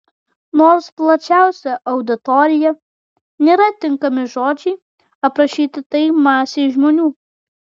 nors plačiausia auditorija nėra tinkami žodžiai aprašyti tai masei žmonių